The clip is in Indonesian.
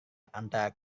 antara